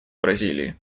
бразилии